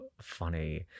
funny